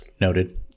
Noted